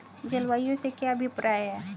जलवायु से क्या अभिप्राय है?